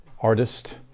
artist